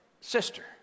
sister